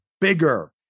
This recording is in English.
bigger